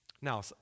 Now